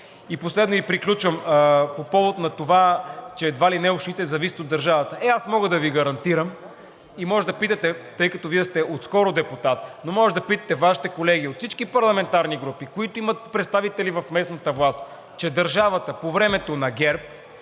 Последно и приключвам. По повод на това, че едва ли не общините зависят от държавата. Е, аз мога да Ви гарантирам и може да питате, тъй като Вие сте отскоро депутат, но може да питате Вашите колеги от всички парламентарни групи, които имат представители в местната власт, че държавата по времето на ГЕРБ